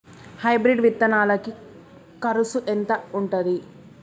Hybrid విత్తనాలకి కరుసు ఎంత ఉంటది?